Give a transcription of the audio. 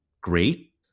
great